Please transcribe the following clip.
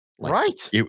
Right